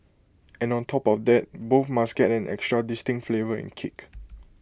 and on top of that both must get an extra distinct flavour and kick